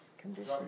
conditions